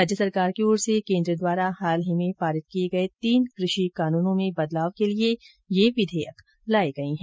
राज्य सरकार की ओर से केन्द्र द्वारा हाल ही में पारित किए गए तीन कृषि कानूनों में बदलाव के लिए ये विधेयक लाए गए हैं